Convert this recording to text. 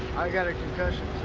i got a concussion,